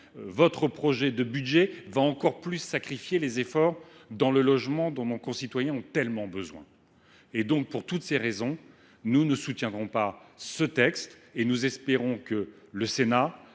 votre projet de budget va encore plus sacrifier les crédits en faveur du logement, dont nos concitoyens ont pourtant tellement besoin. Pour toutes ces raisons, nous ne soutiendrons pas ce texte. Nous espérons que le Sénat